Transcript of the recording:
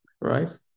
Right